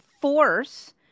force